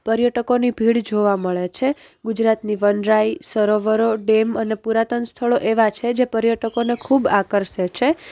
પર્યટકોની ભીડ જોવા મળે છે ગુજરાતની વનરાઈ સરોવરો ડેમ અને પુરાતન સ્થળો એવાં છે જે પર્યટકોને ખૂબ આકર્ષે છે